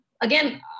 again